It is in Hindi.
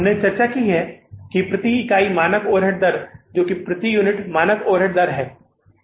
हमने चर्चा की है कि प्रति इकाई मानक ओवरहेड दर जो प्रति यूनिट मानक ओवरहेड दर है